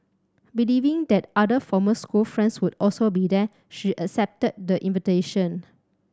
believing that other former school friends would also be there she accepted the invitation